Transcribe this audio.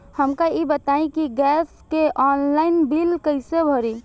हमका ई बताई कि गैस के ऑनलाइन बिल कइसे भरी?